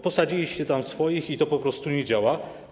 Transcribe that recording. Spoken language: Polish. Posadziliście tam swoich i to po prostu nie działa.